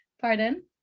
Pardon